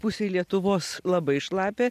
pusėj lietuvos labai šlapia